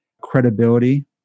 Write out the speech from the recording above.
credibility